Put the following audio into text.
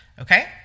Okay